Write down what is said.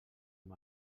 amb